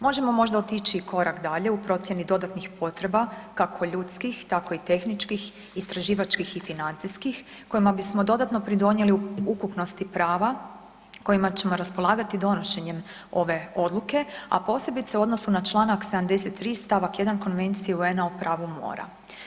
Možemo možda otići korak dalje u procjeni dodatnih potreba kako ljudskih, tako i tehničkih, istraživačkih i financijskim kojima bismo dodatno pridonijeli ukupnosti prava kojima ćemo raspolagati donošenjem ove odluke, a posebice u odnosu na čl. 73. st. 1. Konvencije UN-a o pravu mora.